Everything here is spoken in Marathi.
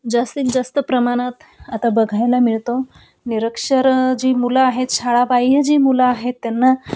जास्तीत जास्त प्रमाणात आता बघायला मिळतो निरक्षर जी मुलं आहे शाळाबाह्य जी मुलं आहेत त्यांना